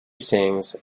sings